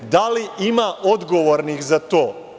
Da li ima odgovornih za to?